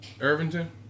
Irvington